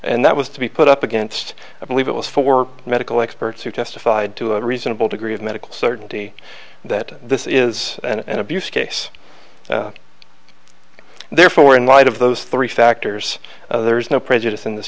and that was to be put up against i believe it was for medical experts who testified to a reasonable degree of medical certainty that this is an abuse case and therefore in light of those three factors there is no prejudice in this